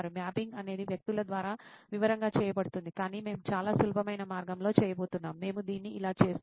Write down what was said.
mapping అనేది వ్యక్తుల ద్వారా వివరంగా చేయబడుతుంది కానీ మేము చాలా సులభమైన మార్గంలో చేయబోతున్నాం మేము దీన్ని ఇలా చేస్తాము